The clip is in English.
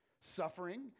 Suffering